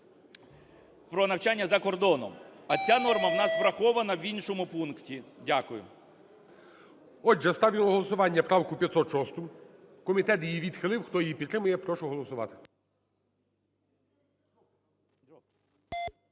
про навчання за кордоном. А ця норма у нас врахована в іншому пункті. Дякую. ГОЛОВУЮЧИЙ. Отже, я ставлю на голосування правку 506. Комітет її відхилив. Хто її підтримує, прошу голосувати.